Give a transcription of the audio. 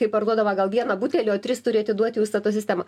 kai parduodama gal vieną butelį o tris turi atiduoti į užstato sistemą